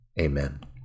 Amen